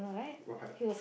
what